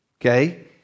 okay